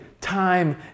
time